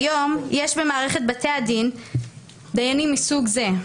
כיום, יש במערכת בתי הדין דיינים מסוג זה,